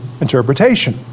interpretation